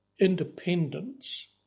independence